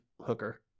hooker